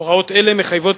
הוראות אלה מחייבות